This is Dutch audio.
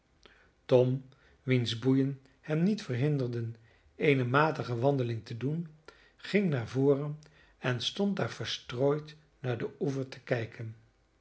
tom wiens boeien hem niet verhinderden eene matige wandeling te doen ging naar voren en stond daar verstrooid naar den oever te kijken